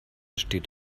steht